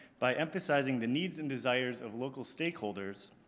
by emphasizing the needs and desires of local stakeholders,